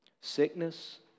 Sickness